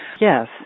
Yes